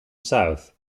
south